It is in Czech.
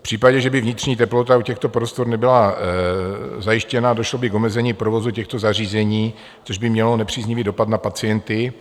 V případě, že by vnitřní teplota u těchto prostor nebyla zajištěna, došlo by k omezení provozu těchto zařízení, což by mělo nepříznivý dopad na pacienty.